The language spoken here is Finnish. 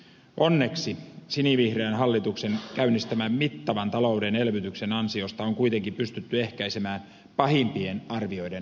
onneksi sinivihreän hallituksen käynnistämän mittavan talouden elvytyksen ansiosta on kuitenkin pystytty ehkäisemään pahimpien arvioiden toteutuminen